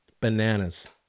Bananas